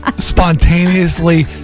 spontaneously